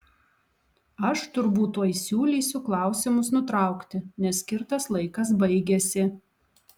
aš turbūt tuoj siūlysiu klausimus nutraukti nes skirtas laikas baigiasi